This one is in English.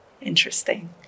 interesting